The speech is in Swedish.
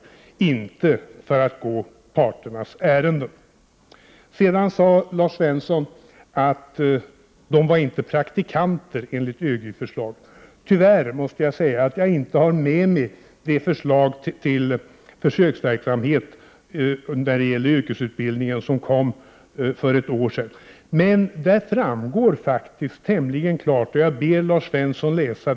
Det gör vi inte för att gå parternas ärenden. Sedan sade Lars Svensson att det inte var fråga om praktikanter i ÖGY-förslaget. Jag har tyvärr inte med mig det förslag till försöksverksamhet när det gäller yrkesutbildningen som kom för ett år sedan. Där framgår dock tämligen klart hur det förhåller sig. Jag ber Lars Svensson att läsa förslaget.